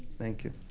thank you.